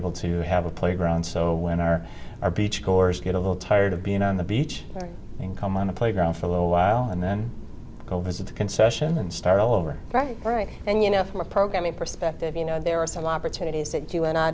able to have a playground so when our our beach cores get a little tired of being on the beach come on a playground for a little while and then go visit the concession and start over right right and you know from a programming perspective you know there are some opportunities that you and i